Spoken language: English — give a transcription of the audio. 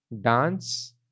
dance